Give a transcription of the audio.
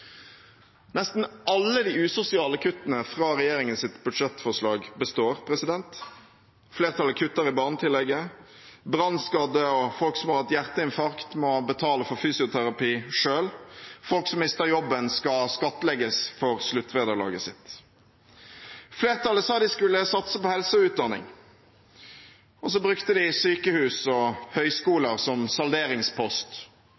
Nesten alle de usosiale kuttene fra regjeringens budsjettforslag består. Flertallet kutter i barnetillegget. Brannskadde og folk som har hatt hjerteinfarkt, må betale for fysioterapi selv. Folk som mister jobben, skal skattlegges for sluttvederlaget sitt. Flertallet sa de skulle satse på helse og utdanning, og så brukte de sykehus og